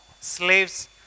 slaves